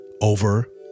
over